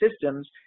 systems